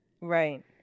Right